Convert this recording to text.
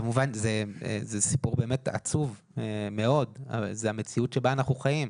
כמובן זה סיפור עצוב מאוד אבל זו המציאות בה אנחנו חיים.